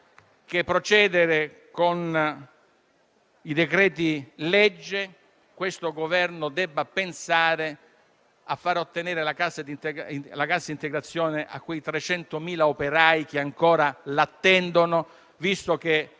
che procedere con i decreti-legge, questo Governo debba pensare a far ottenere la cassa integrazione a quei 300.000 operai che ancora l'attendono, visto che